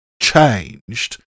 changed